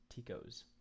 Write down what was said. ticos